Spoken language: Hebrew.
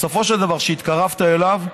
בסופו של דבר, כשהתקרבת אליו,